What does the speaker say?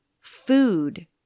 Food